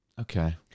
okay